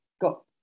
got